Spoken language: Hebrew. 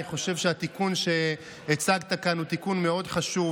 אני חושב שהתיקון שהצגת כאן הוא תיקון מאוד חשוב.